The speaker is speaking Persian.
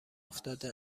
افتاده